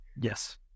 yes